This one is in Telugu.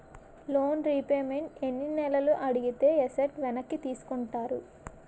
లోన్ రీపేమెంట్ ఎన్ని నెలలు ఆగితే ఎసట్ వెనక్కి తీసుకుంటారు?